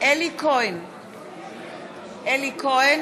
אלי כהן,